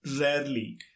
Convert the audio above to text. rarely